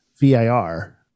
vir